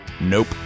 Nope